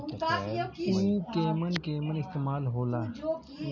उव केमन केमन इस्तेमाल हो ला?